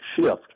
shift